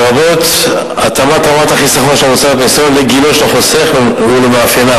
לרבות התאמת רמת הסיכון של המוצר הפנסיוני לגילו של החוסך ולמאפייניו,